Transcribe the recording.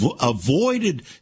avoided